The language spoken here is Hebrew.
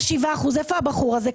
0.7%, כמה כסף זה יהיה?